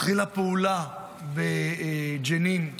התחילה להתבצע פעולה בג'נין,